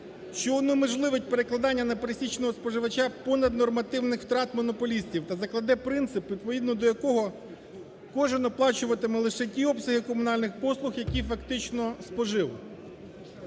що унеможливить перекладання на пересічного споживача понаднормативних втрат монополістів та закладе принцип, відповідно до якого кожен оплачуватиме лише ті обсяги комунальних послуг, які фактично спожив.